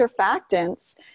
surfactants